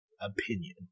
opinion